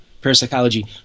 parapsychology